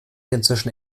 inzwischen